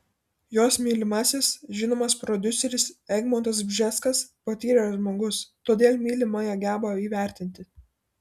jos mylimasis žinomas prodiuseris egmontas bžeskas patyręs žmogus todėl mylimąją geba įvertinti